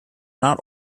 not